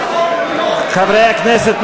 חברי הכנסת.